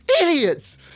Idiots